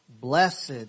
blessed